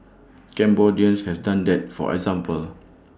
Cambodians have done that for example